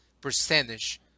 percentage